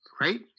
right